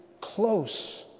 close